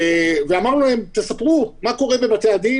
ביקשנו מהם לספר מה קורה בבתי-הדין